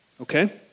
okay